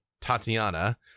Tatiana